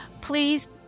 please